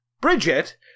Bridget